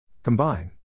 Combine